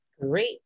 Great